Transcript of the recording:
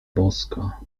boska